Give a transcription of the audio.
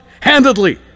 Handedly